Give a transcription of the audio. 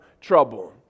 trouble